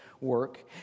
work